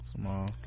small